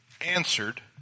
answered